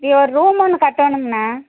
இங்கே ஒரு ரூமு ஒன்று கட்டணும்ணா